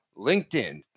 LinkedIn